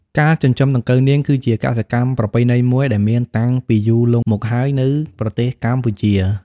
ការចិញ្ចឹមដង្កូវនាង គឺជាកសិកម្មប្រពៃណីមួយដែលមានតាំងពីយូរលង់មកហើយនៅប្រទេសកម្ពុជា។